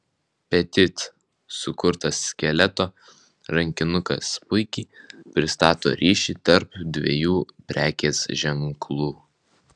petit sukurtas skeleto rankinukas puikiai pristato ryšį tarp dviejų prekės ženklų